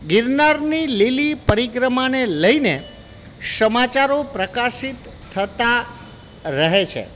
ગિરનારની લીલી પરિક્રમાને લઈને સમાચારો પ્રકાશિત થતા રહે છે